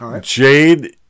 Jade